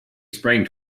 sprang